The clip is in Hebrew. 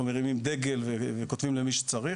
אנחנו מרימים דגל וכותבים למי שצריך.